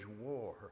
war